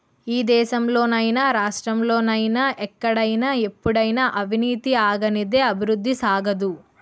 ఈ దేశంలో నైనా రాష్ట్రంలో నైనా ఎక్కడైనా ఎప్పుడైనా అవినీతి ఆగనిదే అభివృద్ధి సాగదు